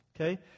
Okay